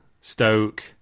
Stoke